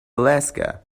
alaska